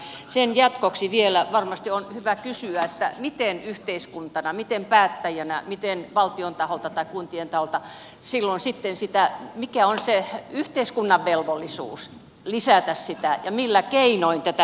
mutta sen jatkoksi vielä varmasti on hyvä kysyä miten toimia yhteiskuntana miten päättäjänä miten valtion taholta tai kuntien taholta mikä on se yhteiskunnan velvollisuus lisätä ja millä keinoin tätä välittämistä